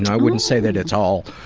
and i wouldn't say that it's all,